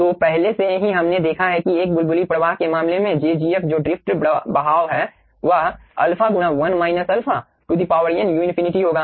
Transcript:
तो पहले से ही हमने देखा है कि एक बुलबुली प्रवाह के मामले में jgf जो ड्रिफ्ट बहाव है वह α गुणा 1 αn u∞ होगा